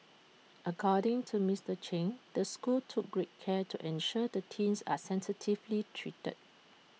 according to Mister Chen the school took great care to ensure the teen are sensitively treated